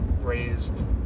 raised